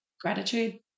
gratitude